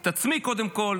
את עצמי, קודם כול